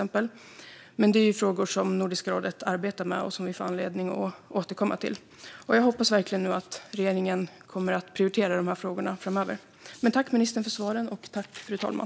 Men det är ju frågor som Nordiska rådet arbetar med och som vi får anledning att återkomma till. Jag hoppas verkligen att regeringen kommer att prioritera de här frågorna framöver. Tack, ministern, för svaren!